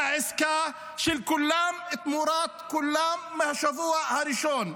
עסקה של כולם תמורת כולם מהשבוע הראשון.